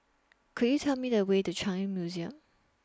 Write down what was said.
Could YOU Tell Me The Way to The Changi Museum